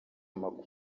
amakuru